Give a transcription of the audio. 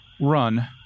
run